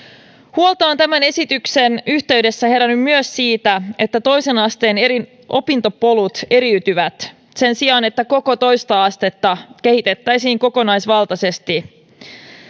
huolta on tämän esityksen yhteydessä herännyt myös siitä että toisen asteen eri opintopolut eriytyvät sen sijaan että koko toista astetta kehitettäisiin kokonaisvaltaisesti